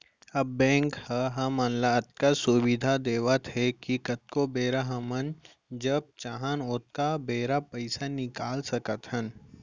अब बेंक ह हमन ल अतका सुबिधा देवत हे कि कतको बेरा हमन जब चाहन ओतका बेरा पइसा निकाल सकत हन